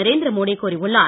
நரேந்திர மோடி கூறியுள்ளார்